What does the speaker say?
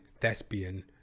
thespian